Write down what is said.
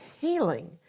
healing